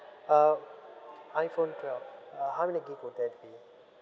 uh iphone twelve uh how many gig would that be